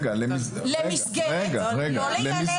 לא לילד.